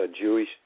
Jewish